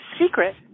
secret